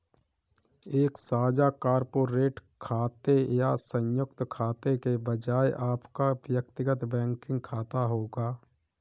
एक साझा कॉर्पोरेट खाते या संयुक्त खाते के बजाय आपका व्यक्तिगत बैंकिंग खाता होगा